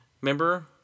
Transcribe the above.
Remember